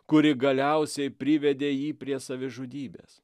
kuri galiausiai privedė jį prie savižudybės